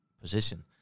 position